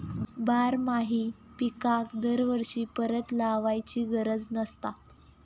बारमाही पिकांका दरवर्षी परत लावायची गरज नसता